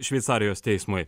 šveicarijos teismui